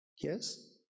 Yes